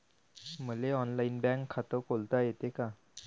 मले online bank खात खोलता येते का?